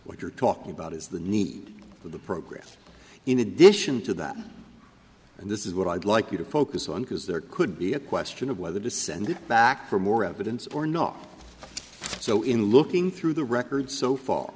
what you're talking about is the need for the program in addition to that and this is what i'd like you to focus on because there could be a question of whether to send it back for more evidence or not so in looking through the records so fa